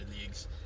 leagues